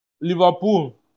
Liverpool